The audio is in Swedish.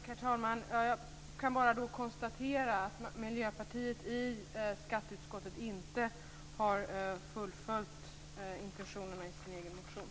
Herr talman! Jag kan bara konstatera att Miljöpartiet i skatteutskottet inte har fullföljt intentionerna i sin egen motion.